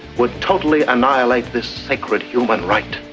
would totally annihilate this sacred human right.